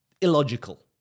Illogical